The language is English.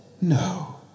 No